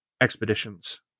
expeditions